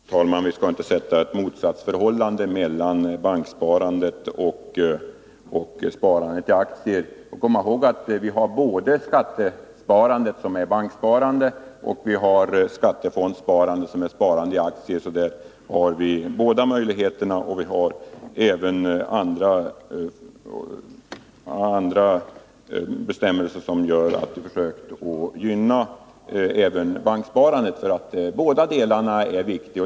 Herr talman! Vi skall inte sätta upp ett motsatsförhållande mellan banksparandet och sparandet i aktier. Vi skall komma ihåg att vi har både skattesparandet, som är banksparande, och skattefondssparandet, som är sparande i aktier. Vi stimulerar alltså båda dessa sparformer eftersom de är viktiga.